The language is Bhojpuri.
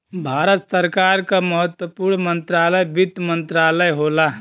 भारत सरकार क महत्वपूर्ण मंत्रालय वित्त मंत्रालय होला